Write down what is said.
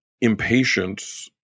impatience